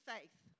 Faith